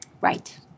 Right